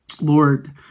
Lord